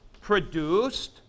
produced